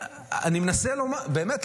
באמת,